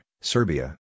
Serbia